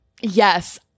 Yes